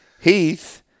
Heath